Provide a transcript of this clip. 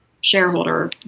shareholder